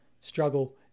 struggle